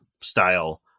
style